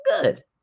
Good